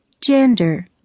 gender